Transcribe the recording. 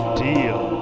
deal